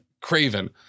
Craven